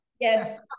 yes